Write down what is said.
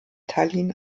tallinn